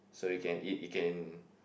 so you can eat you can